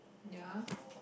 ya